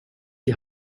die